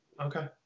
Okay